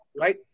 right